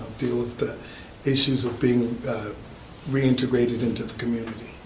deal with the issues of being reintegrated into the community.